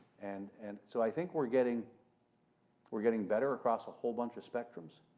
and and so, i think we're getting we're getting better across a whole bunch of spectrums.